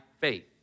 faith